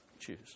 choose